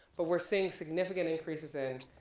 but we're seeing significant increases in